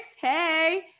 hey